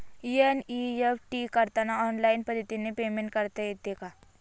NEFT करताना online पद्धतीने payment करता येते का?